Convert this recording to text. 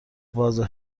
واضح